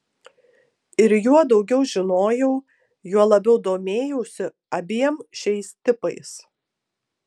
ir juo daugiau žinojau juo labiau domėjausi abiem šiais tipais